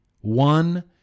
One